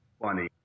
funny